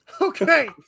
Okay